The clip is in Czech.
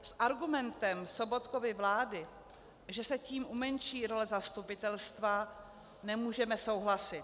S argumentem Sobotkovy vlády, že se tím umenší role zastupitelstva, nemůžeme souhlasit.